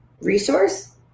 resource